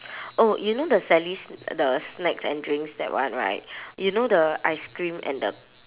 oh you know the sally s~ the snacks and drinks that one right you know the ice cream and the